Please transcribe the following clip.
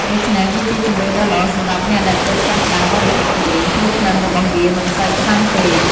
ដូច្នេះវាជាជម្រើសដ៏ល្អសម្រាប់អ្នកដែលទើបចាប់ផ្ដើមបរិភោគទុរេនព្រោះក្លិនរបស់វាមិនសូវខ្លាំងពេក។